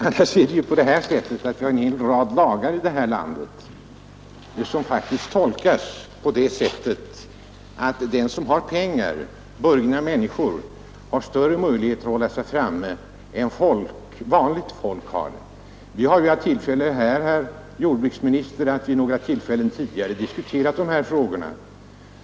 Det är ju så att det finns en hel rad lagar här i landet, som uppfattas på det sättet att de gynnar burgna människor mera än de gynnar vanligt folk. Vi har vid några tidigare tillfällen diskuterat sådana frågor, herr jordbruksminister.